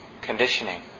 conditioning